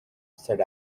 said